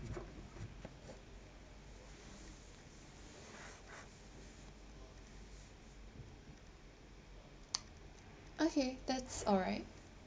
okay that's alright